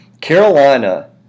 Carolina